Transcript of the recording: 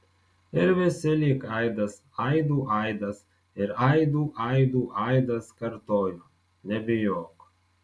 ir visi lyg aidas aidų aidas ir aidų aidų aidas kartojo nebijok